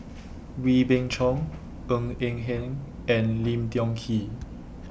Wee Beng Chong Ng Eng Hen and Lim Tiong Ghee